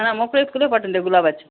हा मोकळेच फुलं पाठवून द्या गुलाबाची